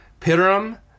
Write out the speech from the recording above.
Piram